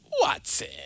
Watson